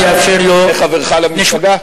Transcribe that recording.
נא לאפשר לו, מחברך למפלגה?